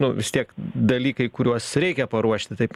nu vis tiek dalykai kuriuos reikia paruošti taip